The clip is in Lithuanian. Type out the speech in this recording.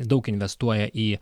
daug investuoja į į